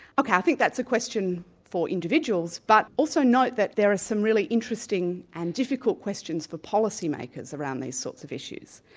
ok, i think that's a question for individuals, but also note that there are some really interesting and difficult questions for policymakers around these sorts of issues,